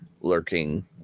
lurking